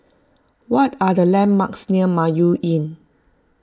what are the landmarks near Mayo Inn